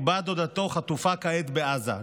ובת דודתו חטופה כעת בעזה.